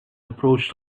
approached